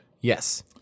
Yes